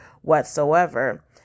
whatsoever